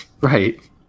right